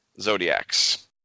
Zodiacs